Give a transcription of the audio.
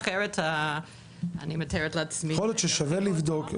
יכול להיות ששווה לבדוק,